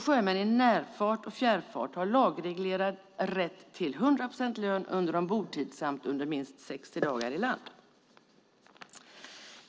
Sjömän i närfart och fjärrfart har lagreglerad rätt till 100 procents lön under ombordtid samt under minst 60 dagar i land.